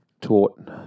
taught